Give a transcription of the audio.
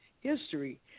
history